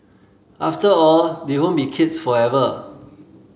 after all they won't be kids forever